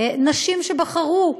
נשים שבחרו,